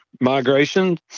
migration